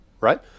Right